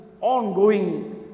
ongoing